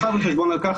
לקחת בחשבון את זה,